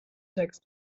text